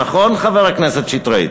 נכון, חבר הכנסת שטרית?